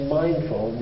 mindful